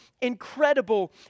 incredible